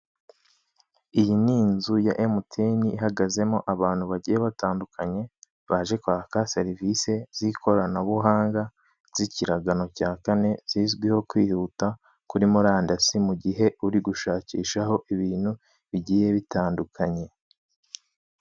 Iyi ni inzu ya emutiyeni ihagazemo abantu bagiye batandukanye baje kwaka serivisi z'ikorana buhanga z'ikiragano cya kane zizwiho kwihuta kuri murandasi mu gihe uri gushakishaho ibintu bigiye bitandukanye.